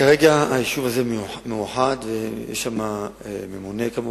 כרגע היישוב הזה מאוחד, ויש שם ממונה, כמובן,